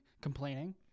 complaining